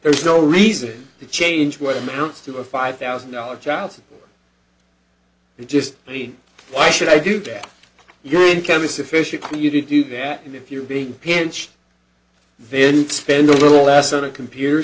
there's no reason to change what amounts to a five thousand dollars child he just i mean why should i do that your income is sufficient for you to do that and if you're being pinched then spend a little less than a computer